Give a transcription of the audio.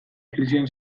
krisian